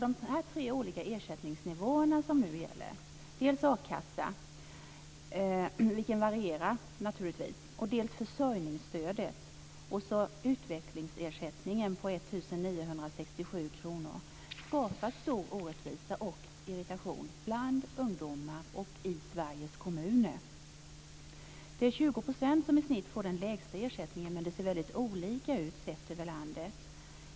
De tre olika ersättningsnivåer som nu gäller - dels a-kassa, vilken naturligtvis varierar, dels försörjningsstödet och dels utvecklingsersättningen på 1 967 kr - skapar stor orättvisa och irritation bland ungdomar och i Det är 20 % som i snitt får den lägsta ersättningen, men det ser väldigt olika ut över landet.